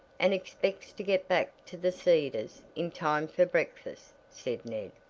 and expects to get back to the cedars in time for breakfast, said ned.